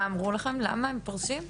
הם אמרו לכם למה פורשים?